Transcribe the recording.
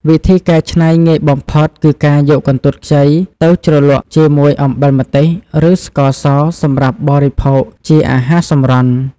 វិធីកែច្នៃងាយបំផុតគឺការយកកន្ទួតខ្ចីទៅជ្រលក់ជាមួយអំបិលម្ទេស ឬស្ករសសម្រាប់បរិភោគជាអាហារសម្រន់។